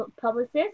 publicist